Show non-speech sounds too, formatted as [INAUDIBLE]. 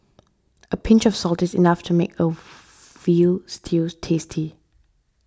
a pinch of salt is enough to make a [NOISE] Veal Stew tasty